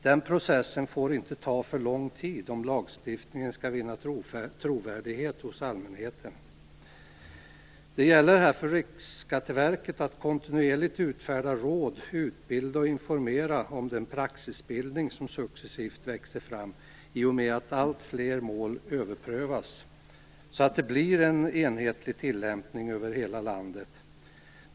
Den processen får inte ta för lång tid om lagstiftningen skall vinna trovärdighet hos allmänheten. Det gäller här för Riksskatteverket att kontinuerligt utfärda råd, utbilda och informera om den praxisbildning som successivt växer fram i och med att allt fler mål överprövas, så att det blir en enhetlig tilllämpning över hela landet.